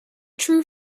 true